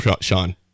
Sean